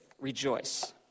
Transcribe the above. rejoice